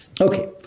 Okay